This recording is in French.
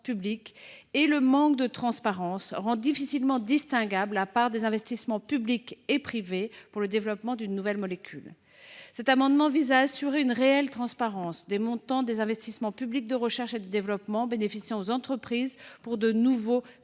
Faute de transparence, il est difficile de distinguer la part des investissements publics et privés dans le développement d’une nouvelle molécule. Cet amendement vise à assurer une réelle transparence sur les montants des investissements publics de recherche et de développement bénéficiant aux entreprises pour de nouveaux médicaments.